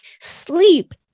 sleep